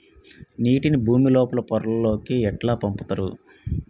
నీటిని భుమి లోపలి పొరలలోకి ఎట్లా పంపుతరు?